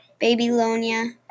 Babylonia